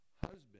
husband